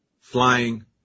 flying